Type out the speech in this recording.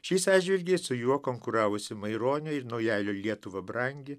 šiais atžvilgiais su juo konkuravusi maironio naujalio lietuva brangi